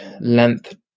length